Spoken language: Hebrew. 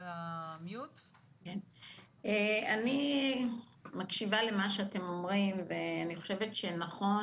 אני מקשיבה למה שאתם אומרים ואני חושבת שנכון,